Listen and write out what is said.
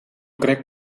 crec